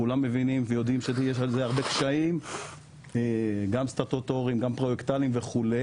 וכולם יודעים שיש הרבה קשיים גם סטטוטוריים גם פרויקטלים וכו',